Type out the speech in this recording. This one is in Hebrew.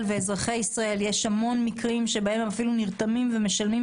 ואזרחי ישראל ויש המון מקרים בהם הם אפילו נרתמים ומשלמים